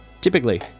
Typically